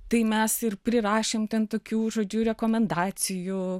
tai mes ir prirašėm ten tokių žodžiu rekomendacijų